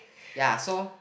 ya so